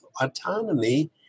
autonomy